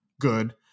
good